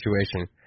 situation